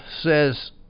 says